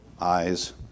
eyes